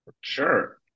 Sure